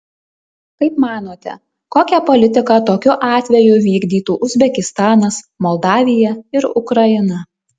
kaip manote kokią politiką tokiu atveju vykdytų uzbekistanas moldavija ir ukraina